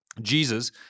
Jesus